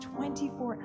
24